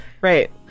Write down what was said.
Right